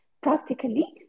practically